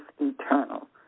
eternal